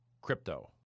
Crypto